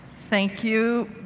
thank you.